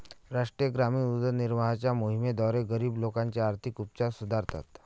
राष्ट्रीय ग्रामीण उदरनिर्वाहाच्या मोहिमेद्वारे, गरीब लोकांचे आर्थिक उपचार सुधारतात